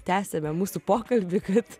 tęsiame mūsų pokalbį kad